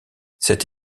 cette